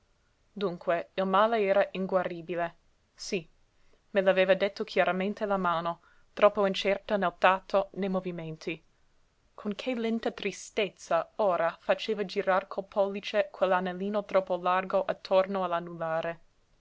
dunque il male era inguaribile sí me l'aveva detto chiaramente la mano troppo incerta nel tatto nei movimenti con che lenta tristezza ora faceva girar col pollice quell'anellino troppo largo attorno